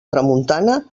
tramuntana